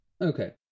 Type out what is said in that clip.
Okay